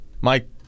Mike